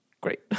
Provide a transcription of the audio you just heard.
great